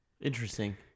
Interesting